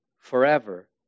forever